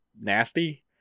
nasty